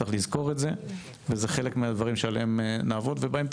צריך לזכור את זה והוועדה תדון בנושאים אלו ובנושאים אחרים.